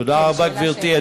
תודה רבה, גברתי.